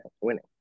winning